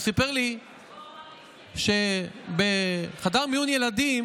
הוא סיפר לי שבחדר מיון ילדים